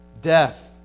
Death